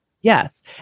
Yes